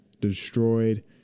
destroyed